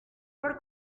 por